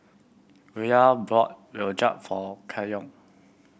Villa bought rojak for Kenyon